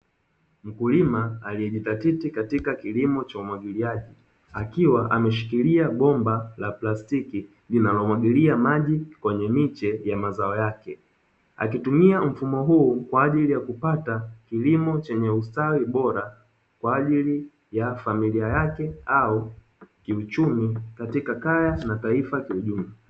Mkulima aliyejizatiti katika kilimo cha umwagiliaji, akiwa ameshikilia bomba la plastiki linalomwagilia maji kwenye miche ya mazao yake, akitumia mfumo huu kwa ajili ya kupata kilimo chenye ustawi bora, kwa ajili ya familia yake au kiuchumi katika kaya na taifa kiujumla.